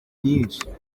nyinshi